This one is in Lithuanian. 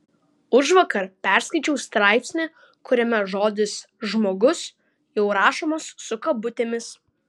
užvakar perskaičiau straipsnį kuriame žodis žmogus jau rašomas su kabutėmis